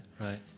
right